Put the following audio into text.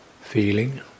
Feeling